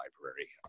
library